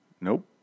Nope